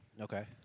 Okay